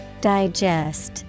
Digest